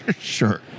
Sure